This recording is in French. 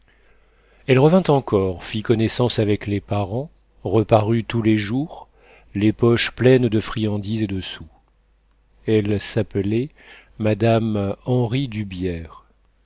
elle revint encore fit connaissance avec les parents reparut tous les jours les poches pleines de friandises et de sous elle s'appelait mme henri